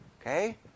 Okay